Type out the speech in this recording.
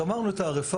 גמרנו את ה-RFI.